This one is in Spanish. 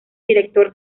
director